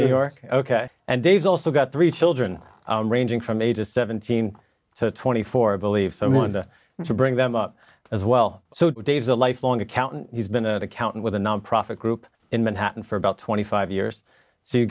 new york ok and they've also got three children ranging from ages seventeen to twenty four i believe someone to bring them up as well so two days a lifelong accountant he's been a accountant with a nonprofit group in manhattan for about twenty five years so you